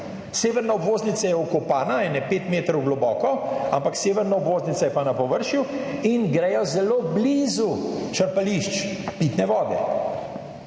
Severna obvoznica je vkopana ene 5 metrov globoko, ampak severna obvoznica je pa na površju in grejo zelo blizu črpališč pitne vode